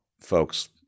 folks